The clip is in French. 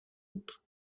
autres